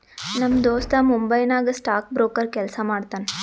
ನಮ್ ದೋಸ್ತ ಮುಂಬೈ ನಾಗ್ ಸ್ಟಾಕ್ ಬ್ರೋಕರ್ ಕೆಲ್ಸಾ ಮಾಡ್ತಾನ